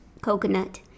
Coconut